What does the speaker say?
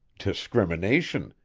discrimination,